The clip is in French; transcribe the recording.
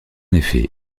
effet